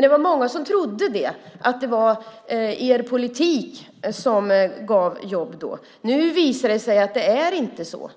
Det var många som trodde att det var er politik som gav jobb då. Nu visar det sig att det inte var så.